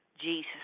Jesus